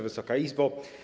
Wysoka Izbo!